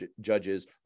judges